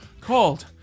called